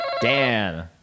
Dan